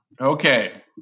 Okay